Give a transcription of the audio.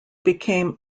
became